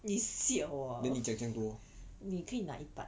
你 siao ah 你可以拿一半